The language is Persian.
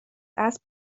اسب